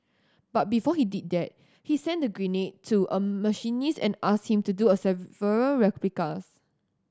but before he did that he sent the grenade to a machinist and asked him to do a several replicas